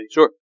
Sure